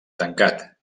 tancat